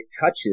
touches